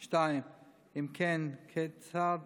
2. אם כן, כיצד